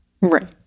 Right